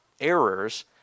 errors